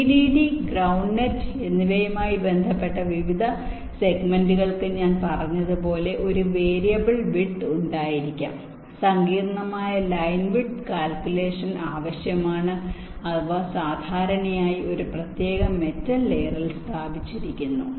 Vdd ground net എന്നിവയുമായി ബന്ധപ്പെട്ട വിവിധ സെഗ്മെന്റുകൾക്ക് ഞാൻ പറഞ്ഞതുപോലെ ഒരു വേരിയബിൾ വിഡ്ത് ഉണ്ടായിരിക്കാം സങ്കീർണ്ണമായ ലൈൻ വിഡ്ത് കാൽകുലേഷൻ ആവശ്യമാണ് അവ സാധാരണയായി ഒരു പ്രത്യേക മെറ്റൽ ലയേറിൽ സ്ഥാപിച്ചിരിക്കുന്നു